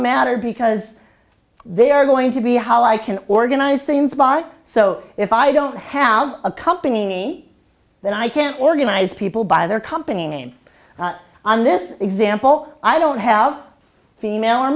matter because they are going to be how i can organize things by so if i don't have a company that i can't organize people by their company name on this example i don't have a female or